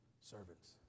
Servants